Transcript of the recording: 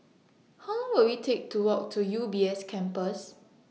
How Long Will IT Take to Walk to U B S Campus